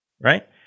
right